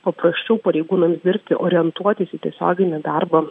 paprasčiau pareigūnams dirbti orientuotis į tiesioginį darbą